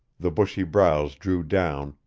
the bushy brows drew down,